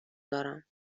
دارم